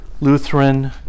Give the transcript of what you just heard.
Lutheran